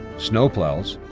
snowplows,